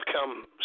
come